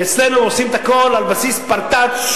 כי אצלנו עושים את הכול על בסיס פרטאץ'